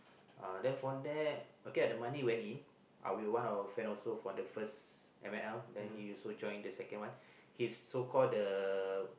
uh then from there okay lah the money went in uh we were one of our friend also from the first F and L then he also join the second one he's so call the